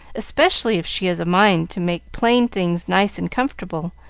especially if she has a mind to make plain things nice and comfortable,